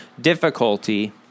difficulty